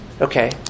Okay